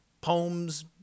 poems